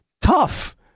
Tough